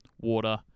water